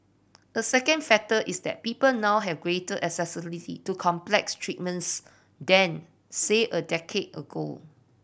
a second factor is that people now have greater accessibility to complex treatments than say a decade ago